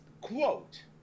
quote